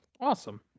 Awesome